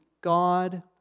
God